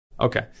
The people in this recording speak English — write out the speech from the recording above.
okay